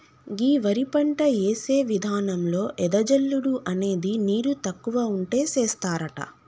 గీ వరి పంట యేసే విధానంలో ఎద జల్లుడు అనేది నీరు తక్కువ ఉంటే సేస్తారట